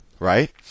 Right